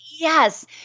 Yes